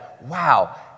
Wow